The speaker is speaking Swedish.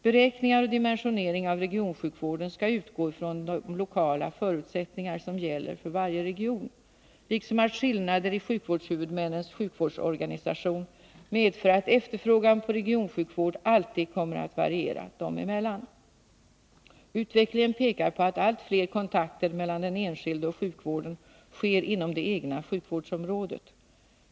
Beräkningar och dimensionering av regionsjukvården skall utgå från de lokala förutsättningar som gäller för varje region, liksom att skillnader i sjukvårdshuvudmännens sjukvårdsorganisation medför att efterfrågan på regionsjukvård alltid kommer att variera dem emellan. Utvecklingen pekar på att allt fler kontakter mellan den enskilde och sjukvården sker inom det egna sjukvårdsområdet.